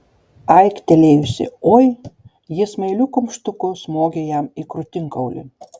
aiktelėjusi oi ji smailiu kumštuku smogė jam į krūtinkaulį